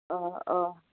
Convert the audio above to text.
अह अह